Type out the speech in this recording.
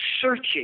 searching